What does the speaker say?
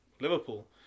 Liverpool